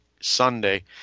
Sunday